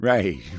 Right